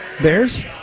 Bears